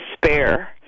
despair